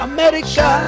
America